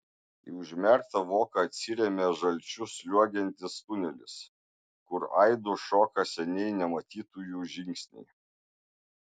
į užmerktą voką atsiremia žalčiu sliuogiantis tunelis kur aidu šoka seniai nematytųjų žingsniai